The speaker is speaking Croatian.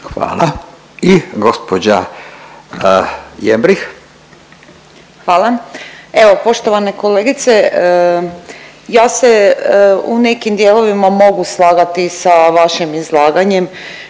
Ljubica (HDZ)** Hvala. Evo poštovane kolegice, ja se u nekim dijelovima mogu slagati sa vašim izlaganjem